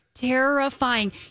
terrifying